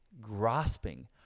grasping